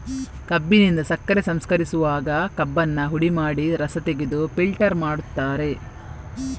ಕಬ್ಬಿನಿಂದ ಸಕ್ಕರೆ ಸಂಸ್ಕರಿಸುವಾಗ ಕಬ್ಬನ್ನ ಹುಡಿ ಮಾಡಿ ರಸ ತೆಗೆದು ಫಿಲ್ಟರ್ ಮಾಡ್ತಾರೆ